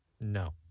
No